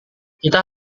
kita